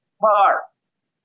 parts